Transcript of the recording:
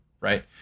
Right